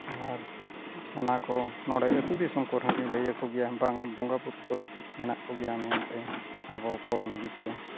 ᱟᱨ ᱚᱱᱟ ᱠᱚ ᱱᱚᱰᱮ ᱟᱹᱛᱩ ᱫᱤᱥᱚᱢ ᱠᱚᱨᱮ ᱦᱚᱞᱤᱧ ᱞᱟᱹᱭ ᱟᱠᱚ ᱜᱮᱭᱟ ᱵᱟᱝᱟ ᱵᱚᱸᱜᱟᱼᱵᱩᱨᱩ ᱫᱚ ᱢᱮᱱᱟᱜ ᱠᱚᱜᱮᱭᱟ ᱢᱮᱱᱛᱮ ᱟᱵᱚ ᱠᱚ ᱞᱟᱹᱜᱤᱫ ᱛᱮ